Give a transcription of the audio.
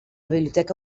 biblioteca